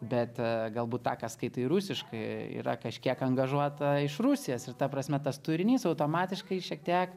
bet galbūt tą ką skaitai rusiškai yra kažkiek angažuota iš rusijos ir ta prasme tas turinys automatiškai šiek tiek